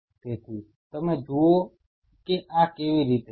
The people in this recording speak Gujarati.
તેથી તમે જુઓ કે આ કેવી રીતે છે